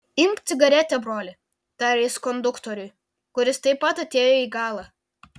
imk cigaretę broli tarė jis konduktoriui kuris taip pat atėjo į galą